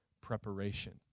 preparation